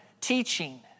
teaching